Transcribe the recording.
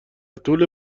طول